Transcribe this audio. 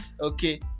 Okay